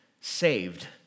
saved